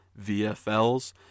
VFLs